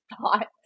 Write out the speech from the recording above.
thought